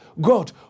God